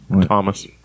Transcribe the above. Thomas